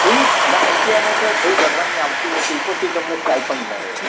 fee ના આઈટીઆઈમાં તો ફી ભરવાની આવતી નથી ઉપરથી તમને સ્ટાઈપન્ડ મળે